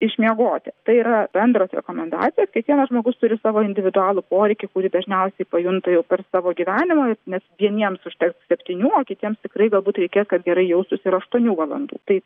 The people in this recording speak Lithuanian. išmiegoti tai yra bendros rekomendacijos kiekvienas žmogus turi savo individualų poreikį kurį dažniausiai pajunta jau per savo gyvenimą nes vieniems užteks septynių o kitiems tikrai galbūt reikia kad gerai jaustūs ir aštuonių valandų tai